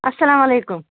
اسلام علیکُم